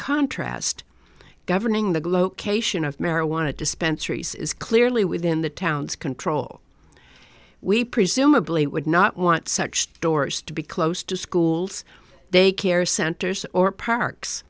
contrast governing the glow cation of marijuana dispensaries is clearly within the town's control we presumably would not want such stores to be closed to schools they care centers or parks